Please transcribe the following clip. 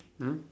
mm